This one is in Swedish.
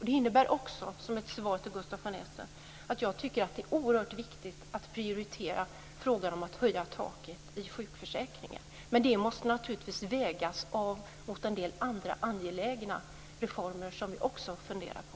Det innebär också, som svar till Gustaf von Essen, att jag tycker att det är oerhört viktigt att prioritera frågan om att höja taket i sjukförsäkringen. Men det måste naturligtvis vägas av mot en del andra angelägna reformer som vi också funderar på.